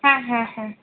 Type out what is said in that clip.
হ্যাঁ হ্যাঁ হ্যাঁ